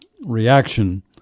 reaction